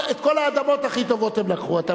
את כל האדמות הכי טובות הם לקחו.